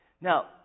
Now